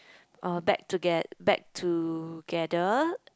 uh back toget~ back together